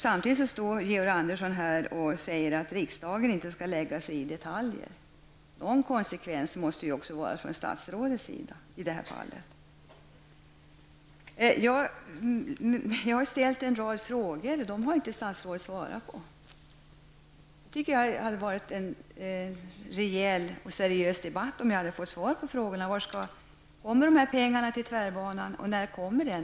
Samtidigt säger Georg Andersson att riksdagen inte skall lägga sig i detaljer. Någon konsekvens måste det också vara från statsrådets sida. Jag har ställt en rad frågor. Dem har inte statsrådet svarat på. Jag tycker att detta hade varit en rejäl och seriös debatt om jag hade fått svar på frågorna. Kommer dessa pengar till tvärbanan och när?